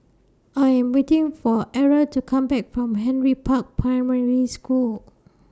I Am waiting For Arra to Come Back from Henry Park Primary School